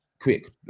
quick